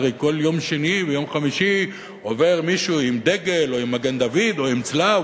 הרי כל יום שני ויום חמישי עובר מישהו עם דגל או עם מגן-דוד או עם צלב,